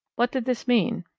what did this mean?